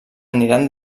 aniran